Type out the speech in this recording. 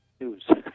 news